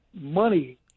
money